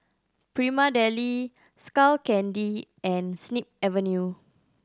Prima Deli Skull Candy and Snip Avenue